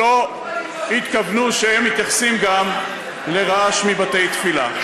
או לא התכוונו שהם יתייחסו גם לרעש מבתי-תפילה.